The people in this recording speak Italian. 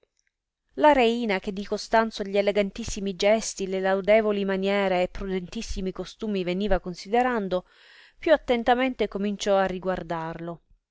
la reina che di costanzo gli elegantissimi gesti le laudevoli maniere e prudentissimi costumi veniva considerando più attentamente cominciò riguardarlo e